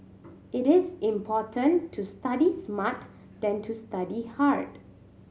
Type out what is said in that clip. it is important to study smart than to study hard